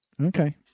Okay